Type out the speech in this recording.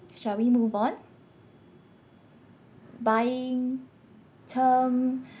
shall we move on buying term